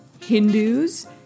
Hindus